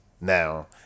Now